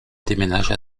déménage